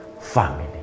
family